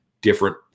different